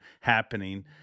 happening